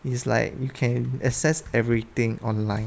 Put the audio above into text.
it's like you can access everything online